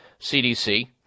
CDC